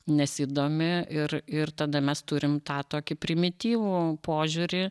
nesidomi ir ir tada mes turim tą tokį primityvų požiūrį